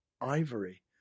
ivory